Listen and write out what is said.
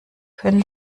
können